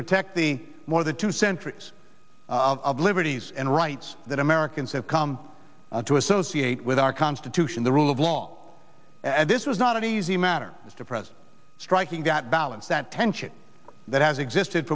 protect the more than two centuries of liberties and rights that americans have come to associate with our constitution the rule of law and this is not an easy matter to present striking that balance that tension that has exist